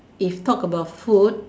if talk about food